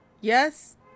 Yes